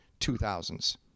2000s